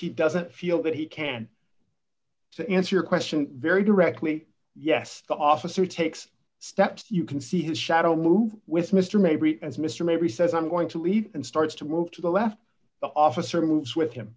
he doesn't feel that he can to answer your question very directly yes the officer takes steps you can see his shadow move with mister maybe as mister maybe says i'm going to lead and starts to move to the left the officer moves with him